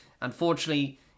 Unfortunately